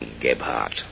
Gebhardt